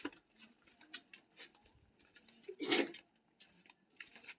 लागत कोनो वस्तुक उत्पादन अथवा सेवा मे खर्च भेल राशि कें कहल जाइ छै